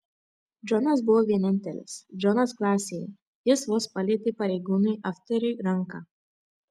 džonas buvo vienintelis džonas klasėje ji vos palietė pareigūnui afteriui ranką